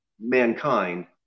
mankind